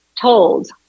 told